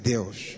Deus